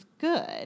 good